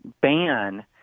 ban